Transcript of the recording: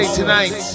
tonight